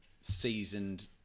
seasoned